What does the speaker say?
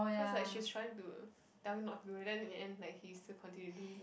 cause like she was trying to tell him not do it then in the end like he still continues to do it